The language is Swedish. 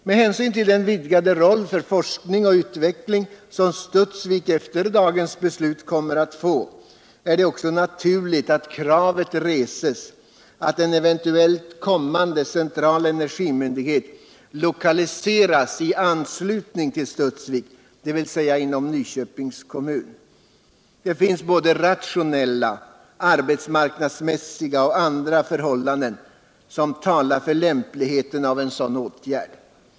Med hänsyn till den vidgade roll för forskning och utveckling som Studsvik efter dagens beslut kommer att få, är det också naturligt att kravet reses alt en eventuell kommande central energimyndighet lokaliseras i anslutning till Studsvik, dvs. inom Nyköpings kommun. Det finns rationella, arbetsmarknadsmässiga och andra förhållanden som talar för lämpligheten av en sådan åtgärd.